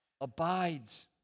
abides